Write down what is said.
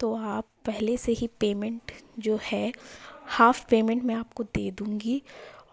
تو آپ پہلے سے ہی پیمنٹ جو ہے ہاف پیمنٹ میں آپ کو دے دوں گی